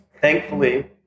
Thankfully